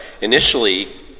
initially